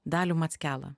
dalių mackelą